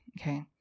Okay